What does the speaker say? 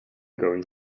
going